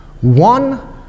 one